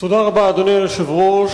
תודה רבה, אדוני היושב-ראש.